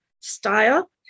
style